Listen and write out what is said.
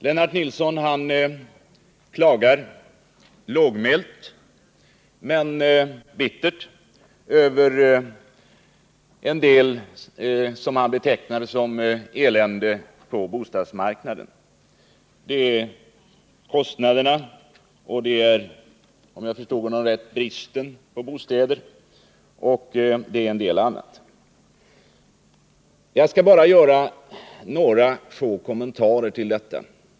Lennart Nilsson klagar, lågmält men bittert, över en del som han betecknar som elände på bostadsmarknaden. Det är kostnaderna, det är — om jag förstod honom rätt — bristen på bostäder, och det är en del annat. Jag skall bara göra några få kommentarer till detta.